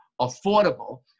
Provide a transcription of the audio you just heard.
affordable